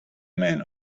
man